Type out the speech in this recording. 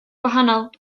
gwahanol